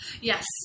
Yes